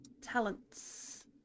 Talents